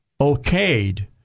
okayed